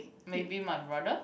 maybe my brother